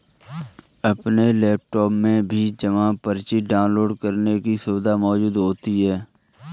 अपने लैपटाप में भी जमा पर्ची डाउनलोड करने की सुविधा मौजूद होती है